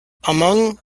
among